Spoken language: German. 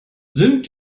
sind